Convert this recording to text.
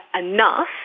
enough